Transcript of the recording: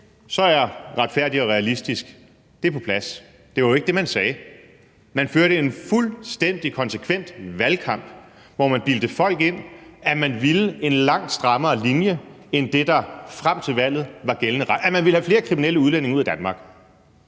så er »Retfærdig og realistisk« på plads. Det var jo ikke det, man sagde. Man førte en fuldstændig konsekvent valgkamp, hvor man bildte folk ind, at man ville en langt strammere linje end det, der frem til valget var gældende, i forhold til at man ville have flere kriminelle udlændinge ud af Danmark.